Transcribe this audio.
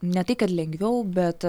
ne tai kad lengviau bet